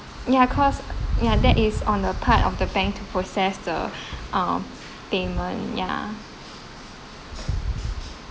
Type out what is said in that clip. yeah cause ya that is on the part of the bank to process the ah payment yeah